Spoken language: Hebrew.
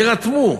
יירתמו,